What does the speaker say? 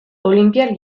olinpiar